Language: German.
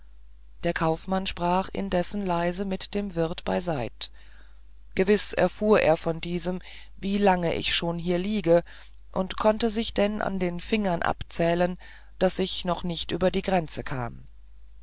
der kaufmann sprach indessen leise mit dem wirt beiseit gewiß erfuhr er von diesem wie lang ich schon hier liege und er konnte sich denn an den fingern abzählen daß ich noch nicht über die grenze kam